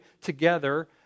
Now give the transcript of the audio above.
together